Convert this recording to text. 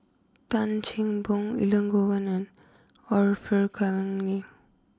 Tan Cheng Bock Elangovan and Orfeur Cavenagh